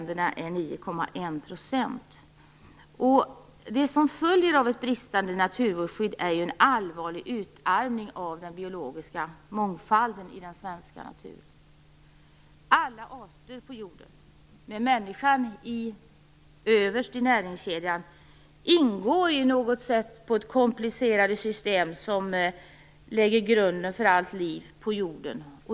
Det som följer av ett bristande naturvårdsskydd är en allvarlig utarmning av den biologiska mångfalden i den svenska naturen. Alla arter på jorden, med människan överst i näringskedjan, ingår på något sätt i det komplicerade system som lägger grunden för allt liv på jorden.